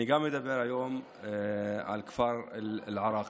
אני גם אדבר היום על כפר אל-עראקיב,